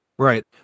Right